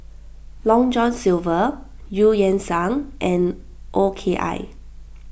Long John Silver Eu Yan Sang and O K I